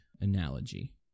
analogy